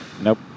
Nope